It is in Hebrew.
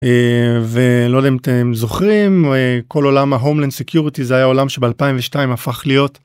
ולא יודע אם אתם זוכרים כל עולם ההומלנד סקיורטי זה היה עולם שב2002 הפך להיות